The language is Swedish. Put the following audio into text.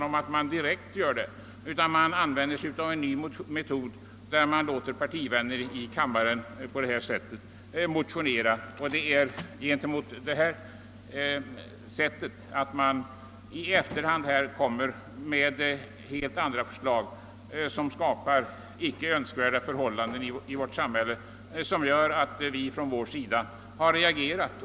Och man gör det inte direkt utan låter partivänner i riksdagen motionera om saken. Det är mot detta sätt att i efterhand lägga fram helt andra förslag, som skapar icke önskvärda förhållanden i vårt samhälle, som vi har reagerat i vårt parti.